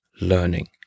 learning